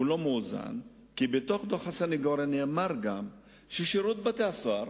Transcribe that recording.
הוא לא מאוזן כי בדוח הסניגוריה נאמר גם ששירות בתי-הסוהר